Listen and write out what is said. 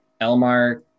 Elmar